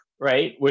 right